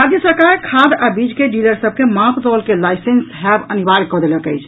राज्य सरकार खाद आ बीज के डीलर सभ के मापतौल के लाईसेंस होयब अनिवार्य कऽ देलक अछि